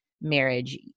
marriage